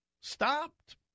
stopped